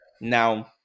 Now